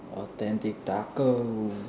authentic taco